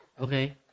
Okay